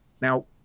Now